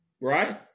right